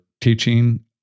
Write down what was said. teaching